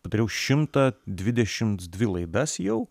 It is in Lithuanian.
padariau šimtą dvidešimt dvi laidas jau